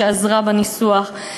שעזרה בניסוח,